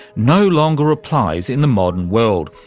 no longer applies in the modern world,